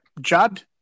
judd